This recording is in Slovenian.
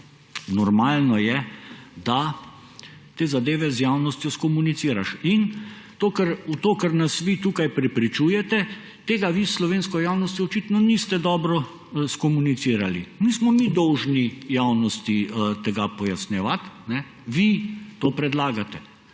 normalno, da te zadeve z javnostjo skomuniciraš. Tega, kar nas vi tukaj prepričujete, vi s slovensko javnostjo očitno niste dobro skomunicirali. Nismo mi dolžni javnosti tega pojasnjevati, vi to predlagate.